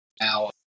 now